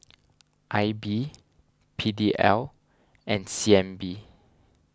I B P D L and C N B